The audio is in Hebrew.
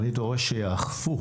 אני דורש שיאכפו.